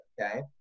okay